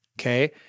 Okay